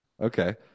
Okay